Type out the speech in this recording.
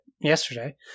yesterday